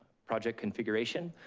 project configuration.